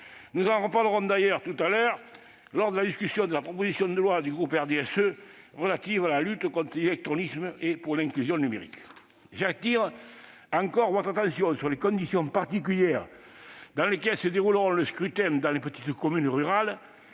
Nous en reparlerons d'ailleurs tout à l'heure, lors de la discussion de la proposition de loi du RDSE relative à la lutte contre l'illectronisme et pour l'inclusion numérique. Mes chers collègues, j'attire encore votre attention sur les conditions particulières dans lesquelles se dérouleront les scrutins dans les petites communes rurales,